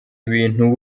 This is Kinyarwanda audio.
ibintu